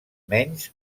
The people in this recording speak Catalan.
menys